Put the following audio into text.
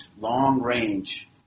long-range